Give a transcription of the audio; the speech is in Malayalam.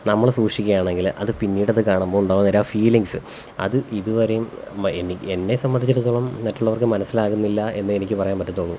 നമ്മള് സൂക്ഷിക്കുകയാണെങ്കിൽ അത് പിന്നീടത് കാണുമ്പം ഉണ്ടാകുന്ന ഒരു ഫീലിങ്ങ്സ് അത് ഇതുവരേയും മ എനി എന്നെ സംബന്ധിച്ചിടത്തോളം മറ്റുള്ളവര്ക്ക് മനസിലാകുന്നില്ല എന്നേ എനിക്ക് പറയാന് പറ്റത്തുള്ളൂ